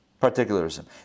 particularism